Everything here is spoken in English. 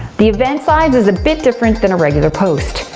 the event size is a bit different than a regular post.